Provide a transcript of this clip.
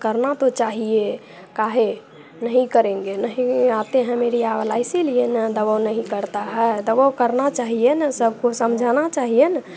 करना तो चाहिए काहे नहीं करेंगे नहीं आते हैं मीडिया वाला इसीलिए दबाव नहीं करता है दबाव करना चाहिए ना सबको समझाना चाहिए ना